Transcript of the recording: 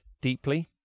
deeply